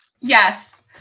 Yes